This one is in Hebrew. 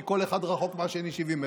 כי כל אחד רחוק מהשני 70 מטר.